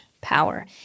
power